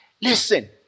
Listen